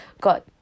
got